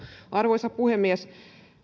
arvoisa puhemies